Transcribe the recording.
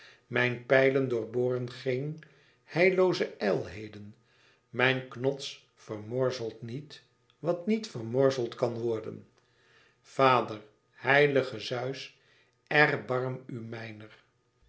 mijn pijlen doorboren geene heillooze ijlheden mijn knots vermorzelt niet wat niet vermorzeld kan worden vader heilige zeus erbarm u mijner